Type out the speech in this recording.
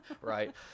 Right